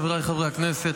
חבריי חברי הכנסת,